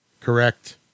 Correct